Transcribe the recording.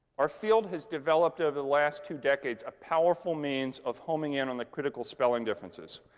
our field has developed, over the last two decades, a powerful means of homing in on the critical spelling differences.